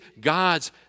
God's